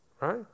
right